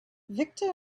victor